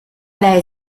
lei